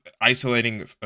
isolating